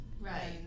Right